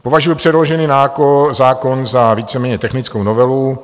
Považuji předložený zákon za víceméně technickou novelu.